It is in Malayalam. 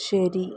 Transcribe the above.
ശരി